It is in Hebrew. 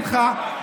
שמחה,